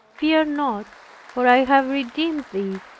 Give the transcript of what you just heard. fear not for i have redeemed thee,